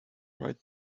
write